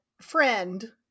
friend